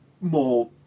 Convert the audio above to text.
more